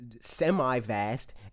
semi-vast